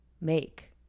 make